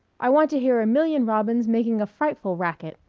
i want to hear a million robins making a frightful racket.